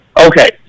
Okay